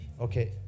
Okay